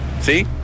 See